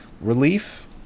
relief